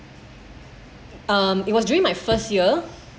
um it was during my first year